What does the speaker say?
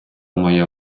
моя